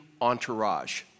entourage